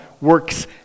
works